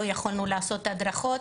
לא יכולנו לעשות הדרכות.